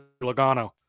Logano